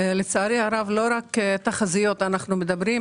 לצערי הרב לא רק תחזיות אנחנו מדברים,